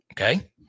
Okay